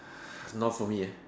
not for me eh